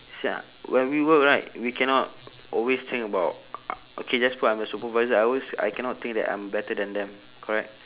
see ah when we work right we cannot always think about okay just put I'm the supervisor I always I cannot think that I'm better than them correct